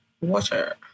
water